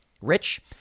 Rich